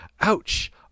ouch